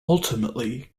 ultimately